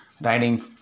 riding